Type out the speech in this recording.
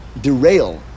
derail